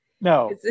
No